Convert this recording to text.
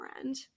end